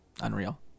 unreal